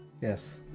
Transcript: Yes